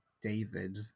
David